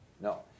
no